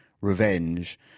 revenge